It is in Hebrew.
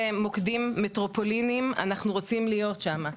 מוקדים מטרופולינים אנחנו רוצים להיות שמה,